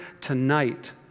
tonight